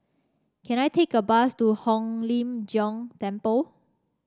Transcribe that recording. can I take a bus to Hong Lim Jiong Temple